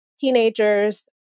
teenagers